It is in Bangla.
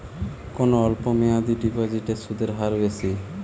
কোন অল্প মেয়াদি ডিপোজিটের সুদের হার বেশি?